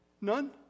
None